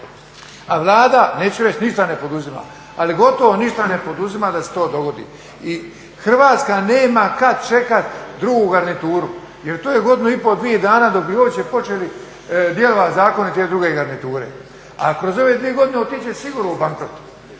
a Vlada neću reći ništa ne poduzima, ali gotovo ništa ne poduzima da se to ne dogodi. I Hrvatska nema kad čekati drugu garnituru, jer to je godinu i pol, dvije dana dok bi uopće počeli djelovati zakoni te druge garniture. A kroz ove dvije godine otići će sigurno u bankrot.